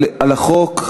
1 לחוק.